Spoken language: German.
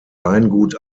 weingut